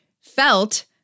felt